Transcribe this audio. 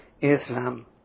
Islam